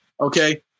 Okay